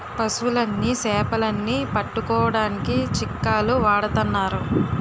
పశువులని సేపలని పట్టుకోడానికి చిక్కాలు వాడతన్నారు